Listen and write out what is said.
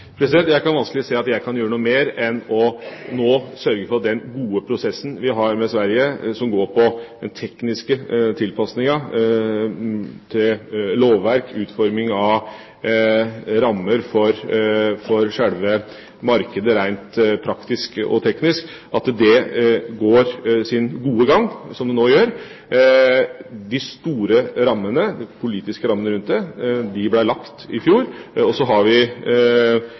Jeg kan vanskelig se at jeg kan gjøre noe mer enn nå å sørge for at den gode prosessen vi har med Sverige – som går på den tekniske tilpassinga til lovverk, utforming av rammer for sjølve markedet rent praktisk og teknisk – går sin gode gang, som det nå gjør. De store rammene, de politiske rammene, rundt det ble lagt i fjor, og så har vi